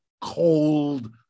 cold